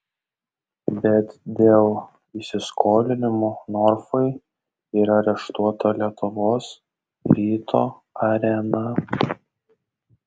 bet dėl įsiskolinimų norfai yra areštuota lietuvos ryto arena